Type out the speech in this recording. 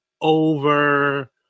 over